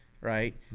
right